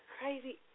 crazy